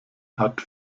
hat